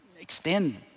extend